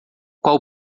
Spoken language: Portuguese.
qual